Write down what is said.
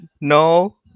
no